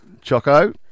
Choco